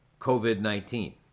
COVID-19